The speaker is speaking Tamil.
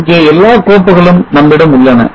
இங்கே எல்லா கோப்புகளும் நம்மிடம் உள்ளன